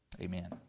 Amen